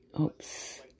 Oops